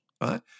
right